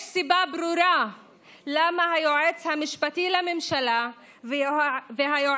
יש סיבה ברורה למה היועץ המשפטי לממשלה והיועץ